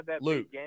Luke